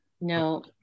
No